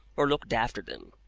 or looked after them.